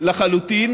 לחלוטין